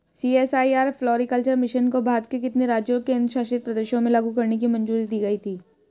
CSIR floriculture mission को भारत के कितने राज्यों और केंद्र शासित प्रदेशों में लागू करने की मंजूरी दी गई थी?